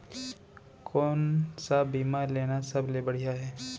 कोन स बीमा लेना सबले बढ़िया हे?